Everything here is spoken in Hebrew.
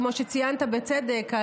כמו שציינת בצדק,